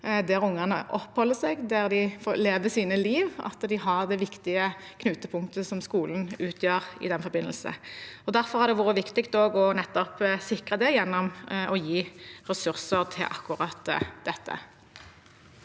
der ungene oppholder seg, der de lever sitt liv, og at de har det viktige knutepunktet som skolen utgjør i den forbindelse. Derfor har det vært viktig nettopp å sikre det gjennom å gi ressurser til akkurat dette.